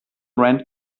rent